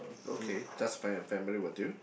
okay just find a family will do